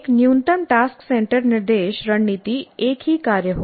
एक न्यूनतम task centred निर्देश रणनीति एक ही कार्य हो